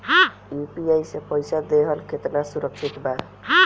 UPI से पईसा देहल केतना सुरक्षित बा?